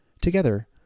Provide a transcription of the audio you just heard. Together